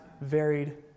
varied